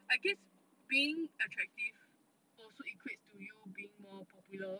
I guess being attractive also equates to you being more popular